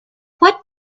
what